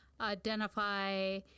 identify